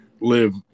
live